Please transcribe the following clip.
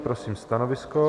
Prosím stanovisko.